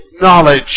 knowledge